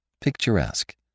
picturesque